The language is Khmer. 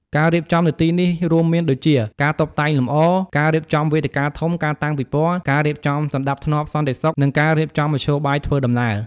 ការរៀបចំនៅទីនេះរួមមានដូជា ការតុបតែងលម្អ ការរៀបចំវេទិកាធំ ការតាំងពិព័រណ៍ ការរៀបចំសណ្ដាប់ធ្នាប់សន្តិសុខ និងការរៀបចំមធ្យោបាយធ្វើដំណើរ។